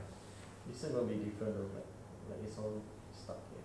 this year will be different though like like it's all stuck here